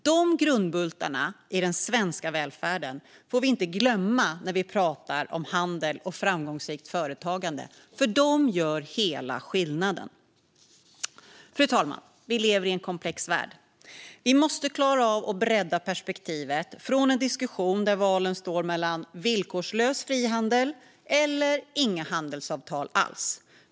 Dessa grundbultar i den svenska välfärden får vi inte glömma när vi pratar om handel och framgångsrikt företagande, för de gör hela skillnaden. Fru talman! Vi lever i en komplex värld. Vi måste klara av att bredda perspektivet från en diskussion där valen står mellan villkorslös frihandel och inga handelsavtal alls.